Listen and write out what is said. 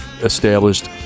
established